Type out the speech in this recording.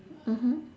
mmhmm